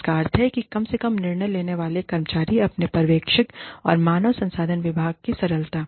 जिसका अर्थ है कि कम से कम निर्णय लेने वाले कर्मचारी अपने पर्यवेक्षक और मानव संसाधन विभाग की सरलता